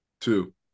Two